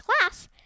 class